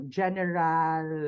general